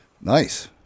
nice